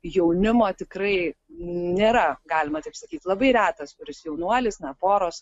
jaunimo tikrai nėra galima taip sakyt labai retas kuris jaunuolis na poros